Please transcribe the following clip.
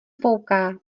fouká